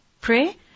pray